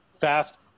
Fast